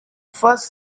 first